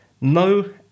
no